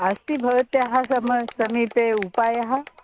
अस्ति भवत्याः समीपे समीपे उपायः